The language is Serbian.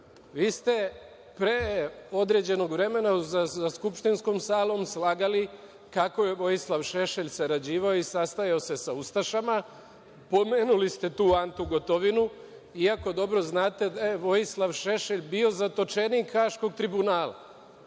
Vi ste, pre određenog vremena, u skupštinskoj sali slagali kako je Vojislav Šešelj sarađivao i sastajao se sa ustašama. Pomenuli ste tu Antu Gotovinu, iako dobro znate da je Vojislav Šešelj bio zatočenik Haškog tribunala.